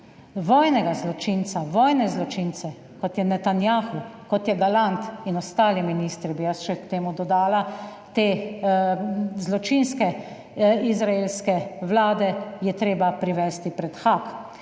vojne zločince, kot je Netanjahu, kot je Gallant in kot so ostali ministri, bi jaz še k temu dodala, te zločinske izraelske vlade je treba privesti pred Haag.